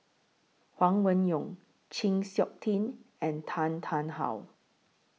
Huang Wenhong Chng Seok Tin and Tan Tarn How